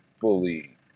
fully